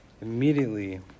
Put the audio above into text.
immediately